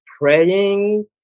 praying